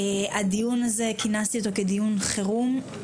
הדיון הזה כינסתי אותו כדיון חירום.